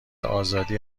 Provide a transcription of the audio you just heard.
آزادی